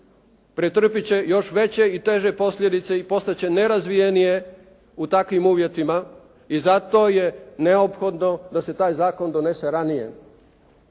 pretrpjeti će još veće i teže posljedice i postati će nerazvijenije u takvim uvjetima i zato je neophodno da se taj zakon donese ranije.